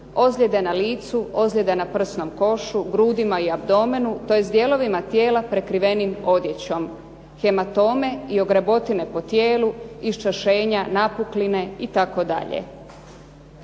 ozljede na licu, ozljede na prsnom košu, grudima i abdomenu, tj. dijelovima tijela prekrivenim odjećom, hematome i ogrebotine po tijelu, iščašenja, napukline itd.